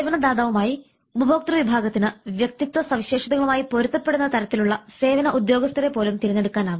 സേവനദാതാവുമായി ഉപഭോക്തൃ വിഭാഗത്തിന് വ്യക്തിത്വ സവിശേഷതകളുമായി പൊരുത്തപ്പെടുന്ന തരത്തിലുള്ള സേവന ഉദ്യോഗസ്ഥരെ പോലും തിരഞ്ഞെടുക്കാൻ ആവും